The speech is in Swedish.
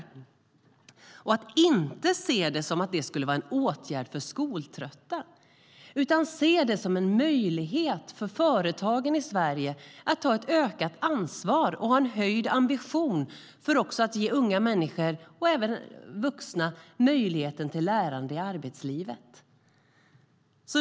Man ska inte se detta som en åtgärd för skoltrötta utan som en möjlighet för företagen i Sverige att ta ett ökat ansvar och ha en höjd ambition för att ge unga människor och vuxna möjligheten till lärande i arbetslivet.